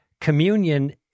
communion